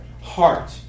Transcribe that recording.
heart